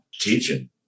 teaching